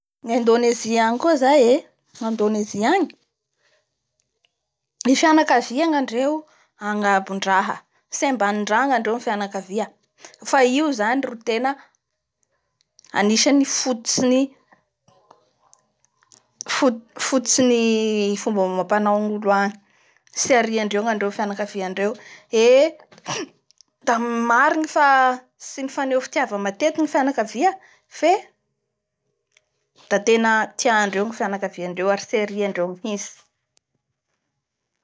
Ny indonesie agny koa zay e! Ny Indonesie angny ny fianakavia nendreo angabondraha, tsy amanaindraha ny andreo ny fianakavia fa io zany ro tena anisan'ny fototsin'ny - fotisin'ny fomba amampanao an'olo agny tsy ariandreo ny andreo ny fianakaviandreo.. Eeee da mariny fa tsy mifaneo fitiava matetiky ny fianakavia fe da tena tiandreo ny fianakaviandreo ary tsy hariandreo mihintsy..